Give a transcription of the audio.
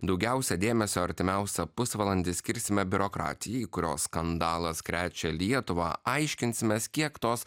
daugiausia dėmesio artimiausią pusvalandį skirsime biurokratijai kurios skandalas krečia lietuvą aiškinsimės kiek tos